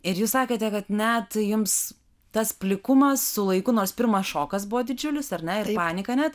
ir jūs sakėte kad net jums tas plikumas su laiku nors pirmas šokas buvo didžiulis ar ne ir panika net